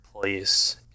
place